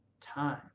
time